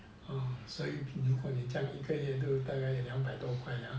所以如果你这样一个月大概两百多块了